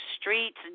streets